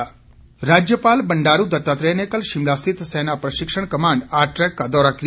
राज्यपाल राज्यपाल बंडारू दत्तात्रेय कल शिमला स्थित सेना प्रशिक्षण कमांड आरट्रैक का दौरा किया